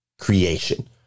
creation